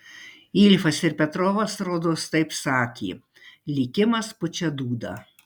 ilfas ir petrovas rodos taip sakė likimas pučia dūdą